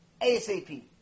ASAP